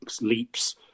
leaps